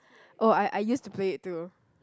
oh I I used to play it too